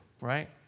right